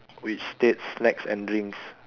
which states snacks and drinks